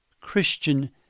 Christian